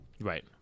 Right